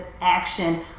action